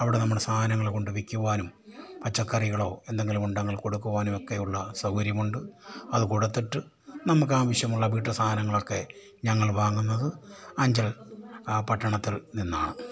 അവിടെ നമ്മുടെ സാധനങ്ങൾ കൊണ്ടു വിൽക്കുവാനും പച്ചക്കറികളോ എന്തെങ്കിലും ഉണ്ടെങ്കിൽ കൊടുക്കുവാനും ഒക്കെയുള്ള സൗകര്യമുണ്ട് അതു കൊടുത്തിട്ട് നമുക്കാവശ്യമുള്ള വീട്ടു സാധനങ്ങളൊക്കെ ഞങ്ങൾ വാങ്ങുന്നത് അഞ്ചൽ പട്ടണത്തിൽ നിന്നാണ്